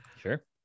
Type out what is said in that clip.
Sure